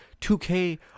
2K